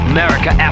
America